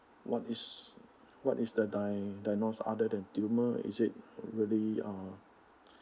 what is what is the dia~ diagnose other than tumor is it really uh